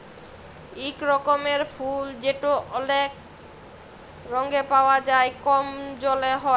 ইক রকমের ফুল যেট অলেক রঙে পাউয়া যায় কম জলে হ্যয়